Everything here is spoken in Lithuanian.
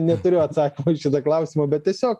neturiu atsakymo į šitą klausimą bet tiesiog